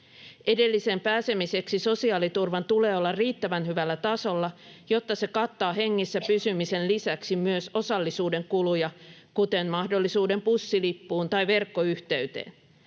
Edelliseen pääsemiseksi sosiaaliturvan tulee olla riittävän hyvällä tasolla, jotta se kattaa hengissä pysymisen lisäksi myös osallisuuden kuluja, kuten mahdollisuuden bussilippuun tai verkkoyhteyteen.